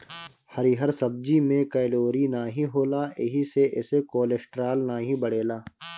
हरिहर सब्जी में कैलोरी नाही होला एही से एसे कोलेस्ट्राल नाई बढ़ेला